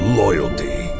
loyalty